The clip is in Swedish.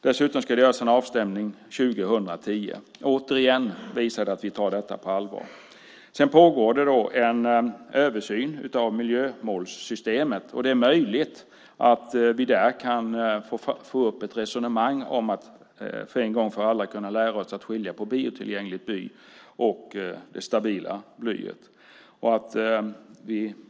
Dessutom ska det göras en avstämning 2010. Återigen visar det att vi tar detta på allvar. Det pågår en översyn av miljömålssystemet. Det är möjligt att vi där kan få till ett resonemang om att en gång för alla kunna lära oss att skilja på biotillgängligt bly och det stabila blyet.